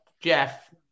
Jeff